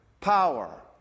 power